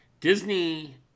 Disney